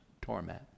torment